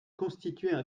constituaient